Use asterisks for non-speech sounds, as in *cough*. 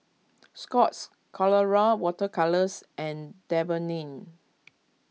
*noise* Scott's Colora Water Colours and Dermaveen